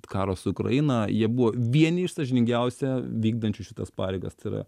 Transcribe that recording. karo su ukraina jie buvo vieni iš sąžiningiausia vykdančių šitas pareigas tai yra